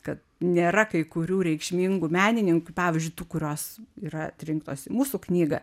kad nėra kai kurių reikšmingų menininkių pavyzdžiui tų kurios yra atrinktos į mūsų knygą